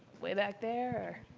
way back there.